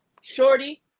shorty